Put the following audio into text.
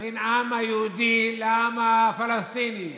בין העם היהודי לעם הפלסטיני,